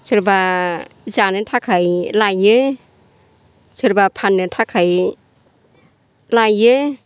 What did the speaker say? सोरबा जानो थाखाय लायो सोरबा फाननो थाखाय लायो